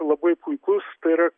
labai puikus tai yra